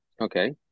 Okay